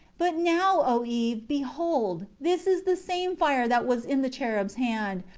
but now, o eve, behold, this is the same fire that was in the cherub's hand,